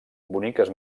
boniques